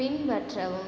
பின்பற்றவும்